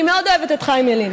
אני מאוד אוהבת את חיים ילין,